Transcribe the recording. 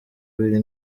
biri